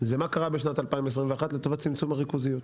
זה מה קרה בשנת 2021 לטובת צמצום הריכוזיות.